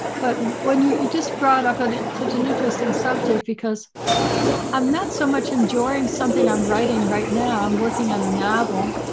but when you just brought up and such an interesting subject, because i'm not so much enjoying something i'm writing right now, i'm working on a novel.